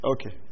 Okay